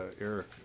eric